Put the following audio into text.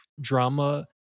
drama